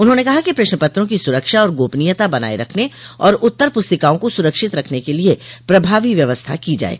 उन्होंने कहा कि प्रश्नपत्रों की सुरक्षा और गोपनीयता बनाये रखने और उत्तर पुस्तिकाओं को सुरक्षित रखने के लिये प्रभावी व्यवस्था की जाये